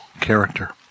character